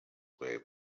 way